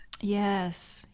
Yes